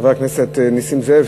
חבר הכנסת נסים זאב,